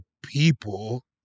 people